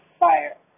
fire